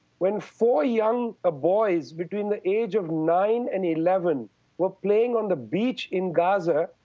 when four young ah boys between the age of nine and eleven were playing on the beach in gaza.